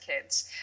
kids